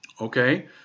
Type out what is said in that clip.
okay